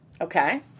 Okay